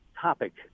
topic